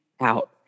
out